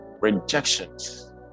rejections